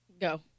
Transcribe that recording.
Go